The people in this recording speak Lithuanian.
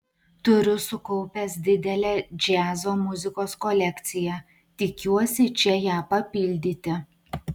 turiu sukaupęs didelę džiazo muzikos kolekciją tikiuosi čia ją papildyti